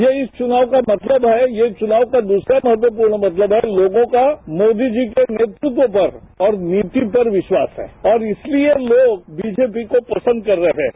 ये इस चुनाव का मतलब है ये चुनाव का दूसरा महत्वपूर्ण मतलब है लोगों का मोदी के नेतृत्व पर और नीति पर विश्वास है और इसलिए लोग बीजेपी को पसंद कर रहे हैं